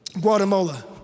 Guatemala